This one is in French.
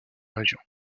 région